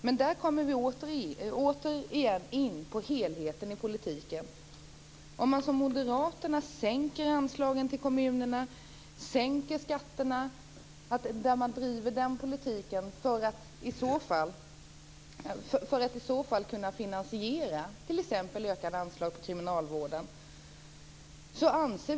Men vi kommer återigen in på helheten i politiken. Moderaterna sänker anslagen till kommunerna, sänker skatterna och driver den politiken för att kunna finansiera t.ex. ökade anslag till kriminalvården.